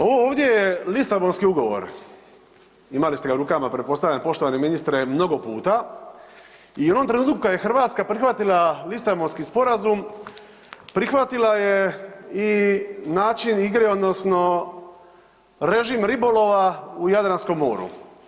Ovo ovdje je Lisabonski ugovor, imali ste ga u rukama, pretpostavljam, poštovani ministre, mnogo puta i u onom trenutku kad je Hrvatska prihvatila Lisabonski sporazum, prihvatila je i način igre, odnosno režim ribolova u Jadranskom moru.